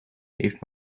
heeft